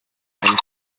and